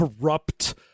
corrupt